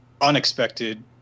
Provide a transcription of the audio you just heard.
unexpected